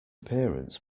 appearance